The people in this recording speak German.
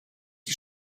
die